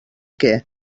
què